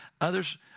Others